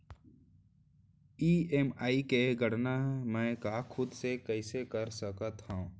EMI के गड़ना मैं हा खुद से कइसे कर सकत हव?